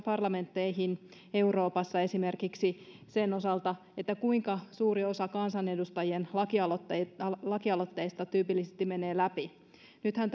parlamentteihin euroopassa esimerkiksi sen osalta kuinka suuri osa kansanedustajien lakialoitteista tyypillisesti menee läpi nythän